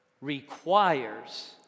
requires